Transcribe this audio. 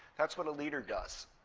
that's what a leader does.